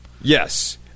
Yes